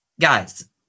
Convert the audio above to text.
guys